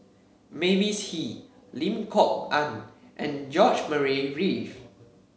Mavis Hee Lim Kok Ann and George Murray Reith